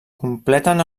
completen